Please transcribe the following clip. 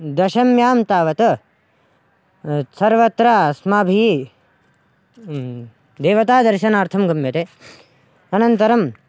दशम्यां तावत् सर्वत्र अस्माभिः देवतादर्शनार्थं गम्यते अनन्तरम्